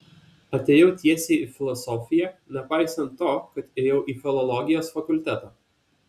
atėjau tiesiai į filosofiją nepaisant to kad ėjau į filologijos fakultetą